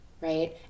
right